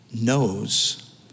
knows